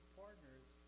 partners